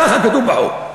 ככה כתוב בחוק.